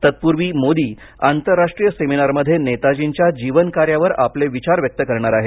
तत्पूर्वी मोदी आंतरराष्ट्रीय सेमिनारमध्ये नेताजींच्या जीवन कार्यावर आपले विचार व्यक्त करणार आहेत